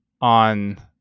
on